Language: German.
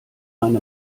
eine